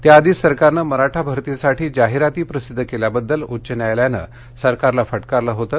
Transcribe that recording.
त्याआधीच सरकारनं मराठा भरतीसाठी जाहिराती प्रसिद्ध केल्याबद्दल उच्च न्यायालयानं सरकारला फटकारलं होतं